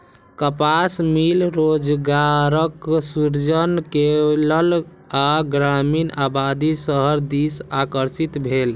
कपास मिल रोजगारक सृजन केलक आ ग्रामीण आबादी शहर दिस आकर्षित भेल